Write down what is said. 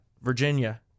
virginia